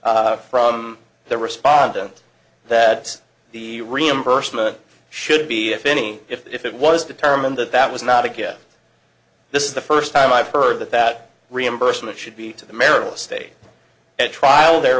heard from the respondent that the reimbursement should be if any if it was determined that that was not a good this is the first time i've heard that that reimbursement should be to the marital state at trial there